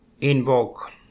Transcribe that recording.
invoke